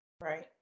Right